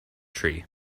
tree